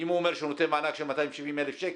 אם הוא אומר שהוא נותן מענק של 270,000 שקל,